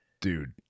dude